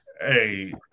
Hey